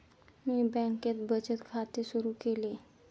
मी बँकेत बचत खाते सुरु केले